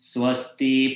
Swasti